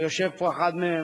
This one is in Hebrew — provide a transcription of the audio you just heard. ויושב פה אחד מהם,